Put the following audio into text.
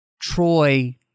Troy